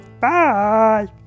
Bye